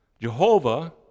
Jehovah